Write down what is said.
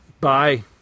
Bye